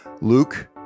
Luke